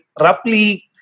roughly